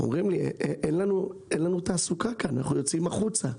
אומרים לי שאין תעסוקה כאן, אנחנו יוצאים החוצה.